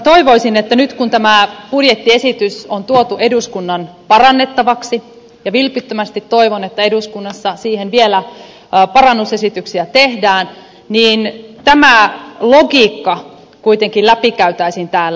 toivoisin että nyt kun tämä budjettiesitys on tuotu eduskunnan parannettavaksi ja vilpittömästi toivon että eduskunnassa siihen vielä parannusesityksiä tehdään tämä logiikka kuitenkin läpikäytäisiin täällä